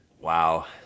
Wow